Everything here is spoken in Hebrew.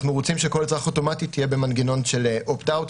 אנחנו רוצים שכל אזרח אוטומטית יהיה במנגנון של opt out,